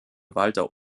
walter